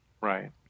Right